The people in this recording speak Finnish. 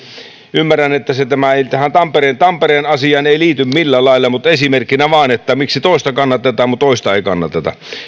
ymmärrän että tämä ei tampereen tampereen asiaan liity millään lailla mutta esimerkkinä vain että miksi toista kannatetaan mutta toista ei kannateta